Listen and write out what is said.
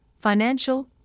financial